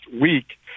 week